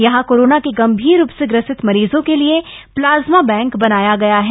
यहां कप्रामा के गंभीर रूप से ग्रसित मरीजों के लिये प्लाज्मा बैंक बनाया गया है